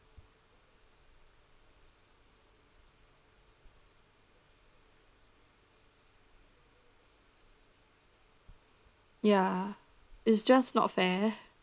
ya it's just not fair